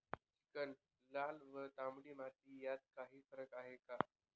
Chicken, लाल व तांबडी माती यात काही फरक आहे का?